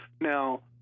Now